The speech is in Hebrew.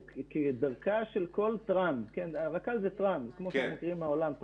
כדרכה של כל טראם כמו שאנחנו מכירים מהעולם,